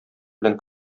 белән